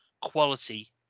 quality